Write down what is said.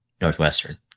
Northwestern